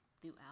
throughout